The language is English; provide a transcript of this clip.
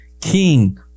King